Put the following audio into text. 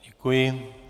Děkuji.